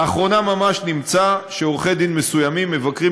לאחרונה ממש נמצא שעורכי-דין מסוימים מבקרים,